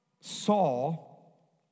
Saul